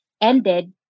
ended